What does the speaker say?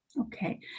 Okay